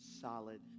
solid